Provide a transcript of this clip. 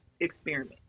experiment